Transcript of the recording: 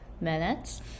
minutes